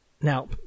Now